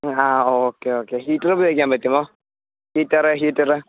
ആ okay okay heater ഉപയോഗിക്കാൻ പറ്റുമോ ഹീറ്റർ ഹീറ്റർ